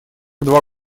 два